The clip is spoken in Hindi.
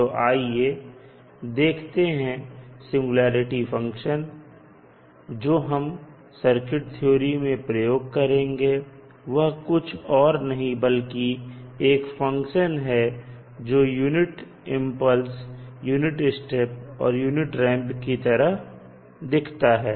तो आइए देखते हैं सिंगुलेरिटी फंक्शन जो हम सर्किट थ्योरी में प्रयोग करेंगे वह कुछ और नहीं बल्कि एक फंक्शन है जो यूनिट इंपल्स यूनिट स्टेप और यूनिट रैंप की तरह दिखता है